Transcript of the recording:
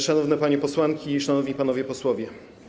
Szanowne Panie Posłanki i Szanowni Panowie Posłowie!